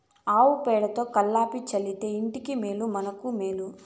ఆవు పేడతో కళ్లాపి చల్లితే ఇంటికి మేలు మనకు మేలు